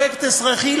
פרויקט אזרחי,